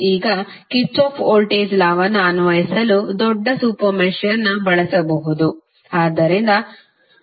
ಈಗ Kirchhoff voltage ಲಾನ್ನು ಅನ್ವಯಿಸಲು ದೊಡ್ಡ ಸೂಪರ್ ಮೆಶ್ಯನ್ನು ಬಳಸಬಹುದು